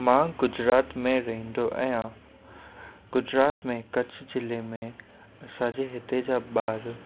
मां गुजरात में रहंदो आहियां गुजरात में कच्छ जिले में असांजे हिते जा ॿार